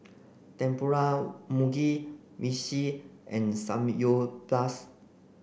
Tempura Mugi Meshi and Samgyeopsal